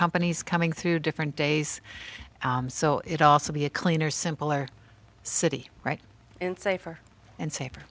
companies coming through different days so it also be a cleaner simpler city right and safer and safer